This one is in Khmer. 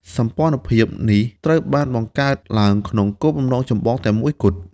សម្ព័ន្ធភាពនេះត្រូវបានបង្កើតឡើងក្នុងគោលបំណងចម្បងតែមួយគត់។